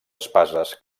espases